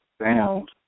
sound